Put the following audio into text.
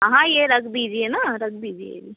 हाँ ये रख दीजिए ना रख दीजिए